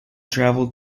travelled